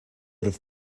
have